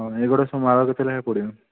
ହଁ ଏଇଗୁଡ଼ା ସବୁ ମାଳ କେତେ ଲେଖାଁ ପଡ଼ିବ